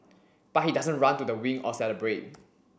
but he doesn't run to the wing or celebrate